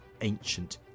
ancient